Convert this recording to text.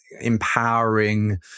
empowering